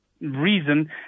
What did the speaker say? reason